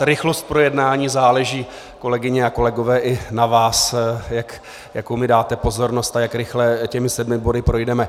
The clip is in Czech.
Rychlost projednání záleží, kolegyně a kolegové, i na vás, jakou mi dáte pozornost a jak rychle těmi sedmi body projdeme.